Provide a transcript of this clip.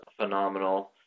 phenomenal